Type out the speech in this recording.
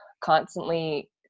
constantly